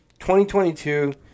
2022